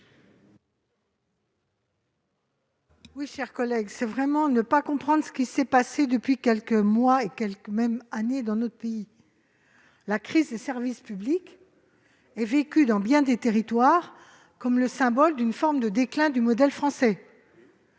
à cet amendement, c'est vraiment ne pas comprendre ce qui s'est passé ces derniers mois, et même ces dernières années, dans notre pays. La crise des services publics est vécue dans bien des territoires comme le symbole d'une forme de déclin du modèle français.